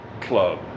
club